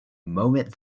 moment